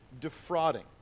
defrauding